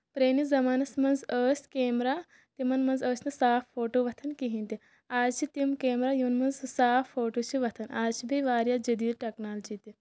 پرٲنِس زَمانَس منٛز ٲسۍ کیمرہ تِمن منٛز ٲسۍ نہٕ صاف فوٹو وۄتھان کِہینۍ تہِ آز چھِ تِم کیمرہ یِمن منٛز صاف فوٹو چھِ وۄتھان آز چھِ بیٚیہِ واریاہ جٔدیٖد ٹیکنالوجی تہِ